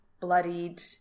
bloodied